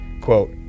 Quote